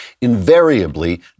Invariably